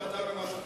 ההורדה במס הכנסה.